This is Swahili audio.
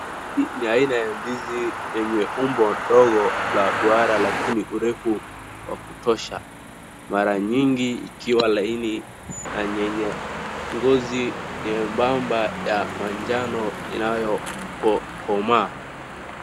Hii ni aina ya ndizi yenye umbo ndogo la duara lakini urefu wa kutosha. Mara nyingi ikiwa laini, na yenye ngozi nyebamba ya manjano inapokomaa.